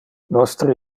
nostre